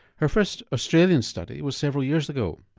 her first australian study was several years ago.